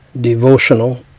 devotional